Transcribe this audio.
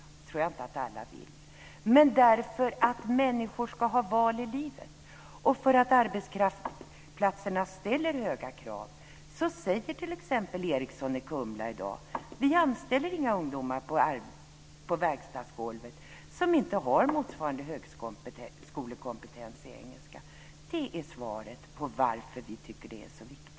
Det tror jag inte att alla vill. Det är därför att människor ska ha val i livet och för att arbetsplatserna ställer höga krav. T.ex. Ericsson i Kumla säger i dag: Vi anställer inga ungdomar på verkstadsgolvet som inte har motsvarande högskolekompetens i engelska. Det är svaret på varför vi tycker att det är så viktigt.